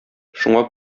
шуңа